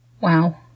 Wow